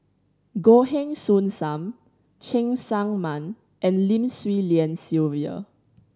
Goh Heng Soon Sam Cheng Tsang Man and Lim Swee Lian Sylvia